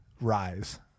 Rise